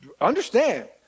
understand